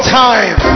time